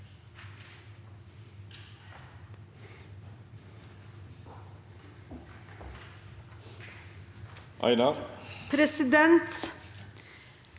Presidenten